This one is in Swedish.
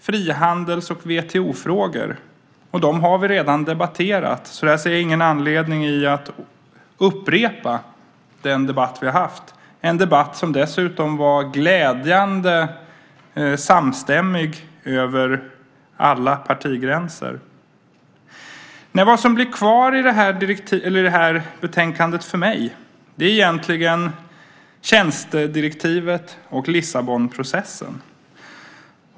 Frihandels och WTO-frågor har vi redan debatterat, så jag ser ingen anledning att upprepa den debatt vi har haft, en debatt som dessutom var glädjande samstämmig över alla partigränser. Det som blir kvar i det här betänkandet för mig är egentligen tjänstedirektivet och Lissabonprocessen.